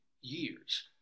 years